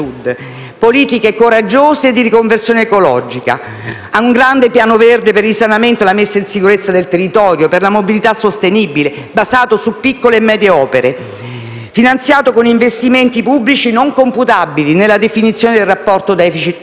politiche coraggiose di riconversione ecologica, un grande piano verde per il risanamento e la messa in sicurezza del territorio, nonché per la mobilità sostenibile, basato su piccole e medie opere e finanziato con investimenti pubblici non computabili nella definizione del rapporto tra *deficit* e